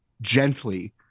gently